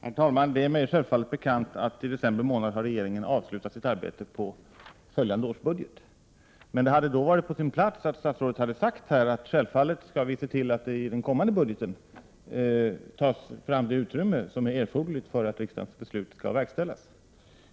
Herr talman! Det är mig självfallet bekant att regeringen i december månad har avslutat sitt arbete med följande års budget. Det hade emellertid varit på sin plats om statsrådet hade sagt att man skall se till att det i den kommande budgeten tas fram det utrymme som är erforderligt för att riksdagens beslut skall kunna verkställas.